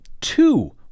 two